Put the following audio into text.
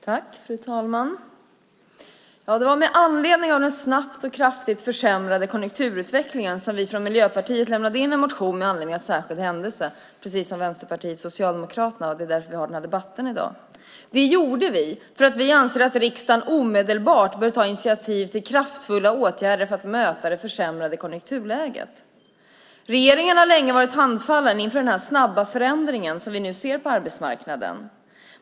Fru talman! Det var med anledning av den snabbt och kraftigt försämrade konjunkturutvecklingen som vi i Miljöpartiet lämnade in en motion med anledning av särskild händelse, precis som Vänsterpartiet och Socialdemokraterna gjorde, och det är därför som vi har denna debatt i dag. Det gjorde vi för att vi anser att riksdagen omedelbart bör ta initiativ till kraftfulla åtgärder för att möta det försämrade konjunkturläget. Regeringen har länge varit handfallen inför den snabba förändring som vi nu ser på arbetsmarknaden.